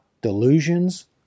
delusions